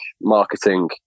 marketing